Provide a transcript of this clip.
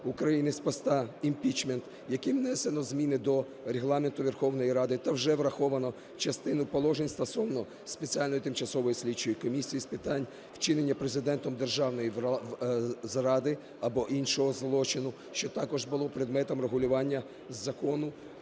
України з поста (імпічмент)", яким внесено зміни до Регламенту Верховної Ради та вже враховано частину положень стосовно Спеціальної тимчасової слідчої комісії з питань вчинення Президентом державної зради або іншого злочину, що також було предметом регулювання закону,